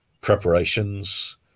preparations